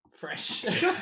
fresh